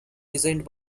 designed